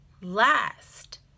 last